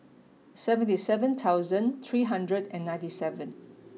seventy seven thousand three hundred and ninety seven